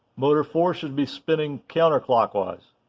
motor four should be spinning counterclockwise.